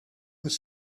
was